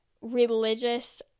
religious